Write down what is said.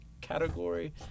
category